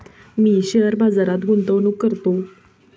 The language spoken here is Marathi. मी शेअर बाजारात गुंतवणूक करतो